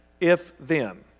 if-then